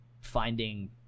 finding